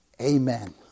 Amen